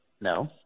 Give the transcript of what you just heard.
No